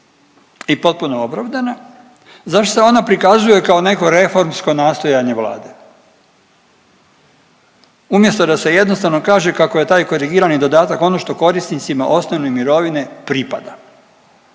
i potpuno opravdana, zašto se ona prikazuje kao reformsko nastojanje Vlade. Umjesto da se jednostavno kaže kako je taj korigirani dodatak ono što korisnicima osnovne mirovine pripada.